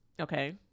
Okay